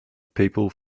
people